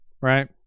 Right